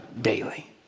daily